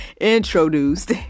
introduced